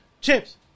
chips